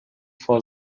for